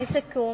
לסיכום,